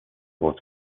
both